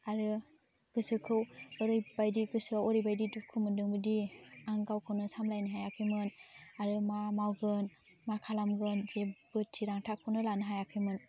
आरो गोसोखौ ओरैबायदि गोसोआव ओरैबायदि दुखु मोनदोंमोनदि आं गावखौनो सामलायनो हायाखैमोन आरो मा मावगोन मा खालामगोन जेब्बो थिरांथाखौनो लानो हायाखैमोन